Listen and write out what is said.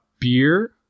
beer